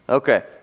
Okay